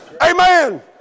Amen